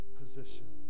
position